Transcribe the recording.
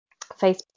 Facebook